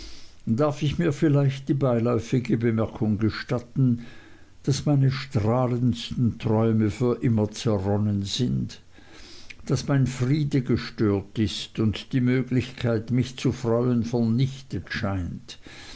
darf ich mir vielleicht die beiläufige bemerkung gestatten daß meine strahlendsten träume für immer zerronnen sind daß mein friede gestört ist und die möglichkeit mich zu freuen vernichtet scheint